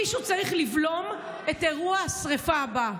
מישהו צריך לבלום את אירוע השרפה הבא.